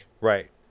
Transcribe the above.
Right